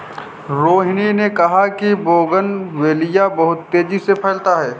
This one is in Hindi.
रोहिनी ने कहा कि बोगनवेलिया बहुत तेजी से फैलता है